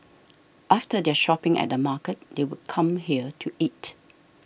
after their shopping at the market they would come here to eat